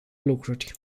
lucruri